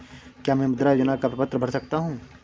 क्या मैं मुद्रा योजना का प्रपत्र भर सकता हूँ?